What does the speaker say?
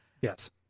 Yes